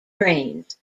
trains